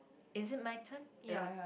is it my turn uh